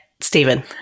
Stephen